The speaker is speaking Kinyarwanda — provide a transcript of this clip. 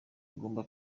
ugomba